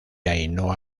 ainhoa